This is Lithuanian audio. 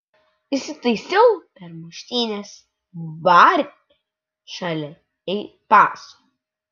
įsitaisiau per muštynes bare šalia ei paso